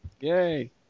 Yay